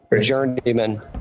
Journeyman